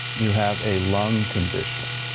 you have a lung condition.